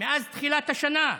מתחילת השנה,